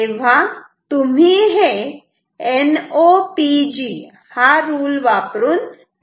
तेव्हा तुम्ही हे NOPG हा रूल वापरून लक्षात ठेवू शकतात